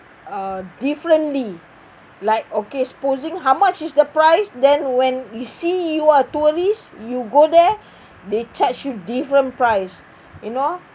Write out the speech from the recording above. uh differently like okay supposing how much is the price then when you see you're tourist you go there they charge you different price you know